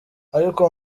ariko